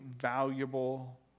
valuable